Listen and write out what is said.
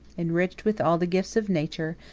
enriched with all the gifts of nature,